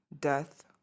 Death